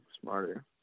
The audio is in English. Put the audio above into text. smarter